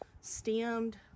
stemmed